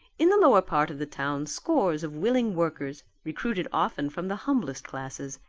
in the lower part of the town scores of willing workers, recruited often from the humblest classes,